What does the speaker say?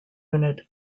unit